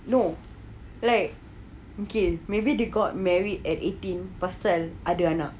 no like okay maybe they got married at eighteen pasal ada anak